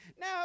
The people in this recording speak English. Now